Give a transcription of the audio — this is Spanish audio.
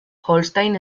holstein